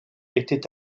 était